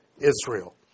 Israel